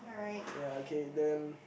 ya okay then